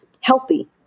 healthy